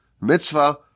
Mitzvah